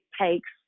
takes